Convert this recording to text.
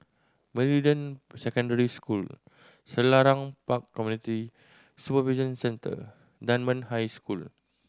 Meridian Secondary School Selarang Park Community Supervision Centre Dunman High School